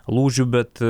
lūžių bet